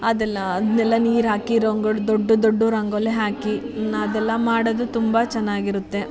ಅದೆಲ್ಲ ಅದನ್ನೆಲ್ಲ ನೀರು ಹಾಕಿ ರಂಗೋ ದೊಡ್ಡ ದೊಡ್ಡ ರಂಗೋಲಿ ಹಾಕಿ ಅದೆಲ್ಲ ಮಾಡೋದು ತುಂಬ ಚೆನ್ನಾಗಿರುತ್ತೆ